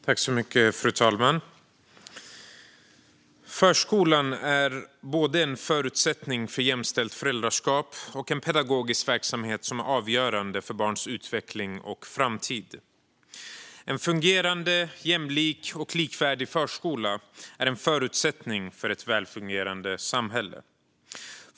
Fru talman! Förskolan är både en förutsättning för jämställt föräldraskap och en pedagogisk verksamhet som är avgörande för barns utveckling och framtid. En fungerande, jämlik och likvärdig förskola är en förutsättning för ett välfungerande samhälle.